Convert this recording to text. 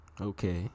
Okay